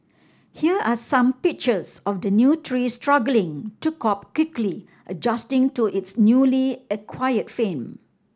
here are some pictures of the new tree struggling to cope quickly adjusting to its newly acquired fame